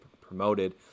promoted